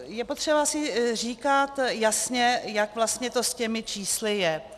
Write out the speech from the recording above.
Je potřeba si říkat jasně, jak vlastně to s těmi čísly je.